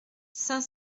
cinq